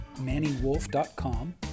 mannywolf.com